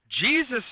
Jesus